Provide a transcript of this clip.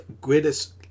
greatest